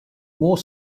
more